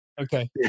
okay